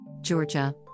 Georgia